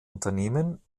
unternehmen